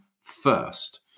first